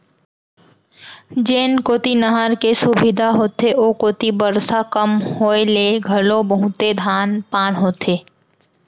जेन कोती नहर के सुबिधा होथे ओ कोती बरसा कम होए ले घलो बहुते धान पान होथे